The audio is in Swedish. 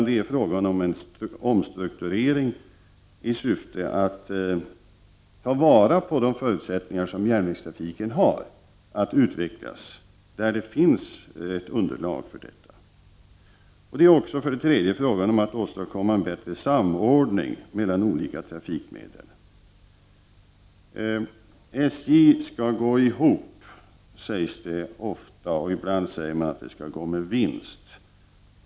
Det är fråga om en omstrukturering i syfte att ta vara på de förutsättningar som järnvägstrafiken har att utvecklas där det finns ett underlag för detta. Ytterligare en fråga är möjligheterna att åstadkomma en bättre samordning mellan olika trafikmedel. SJ skall gå ihop, sägs det ofta, och ibland sägs det att SJ skall gå med vinst.